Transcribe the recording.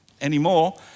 anymore